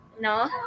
No